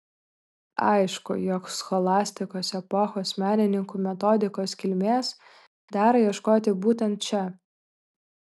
aišku jog scholastikos epochos menininkų metodikos kilmės dera ieškoti būtent čia